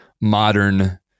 modern